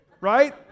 Right